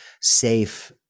safe